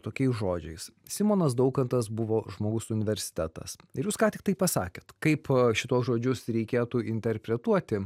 tokiais žodžiais simonas daukantas buvo žmogus universitetas ir jūs ką tik tai pasakėt kaip šituos žodžius reikėtų interpretuoti